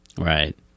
Right